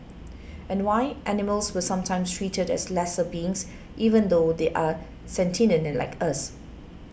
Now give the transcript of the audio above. and why animals were sometimes treated as lesser beings even though they are sentient like us